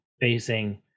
facing